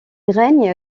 règne